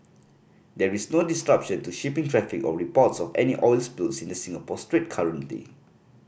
there is no disruption to shipping traffic or reports of any oil spills in the Singapore Strait currently